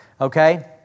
Okay